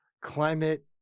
climate